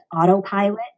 autopilot